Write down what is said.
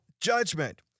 judgment